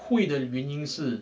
会的原因是